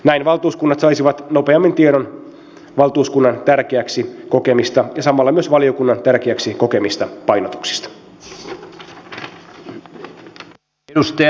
näin valtuuskunnat saisivat nopeammin tiedon valtuuskunnan tärkeäksi kokemista ja samalla myös valiokunnan tärkeäksi kokemista painotuksista